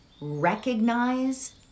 recognize